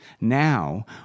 Now